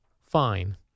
Fine